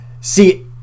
See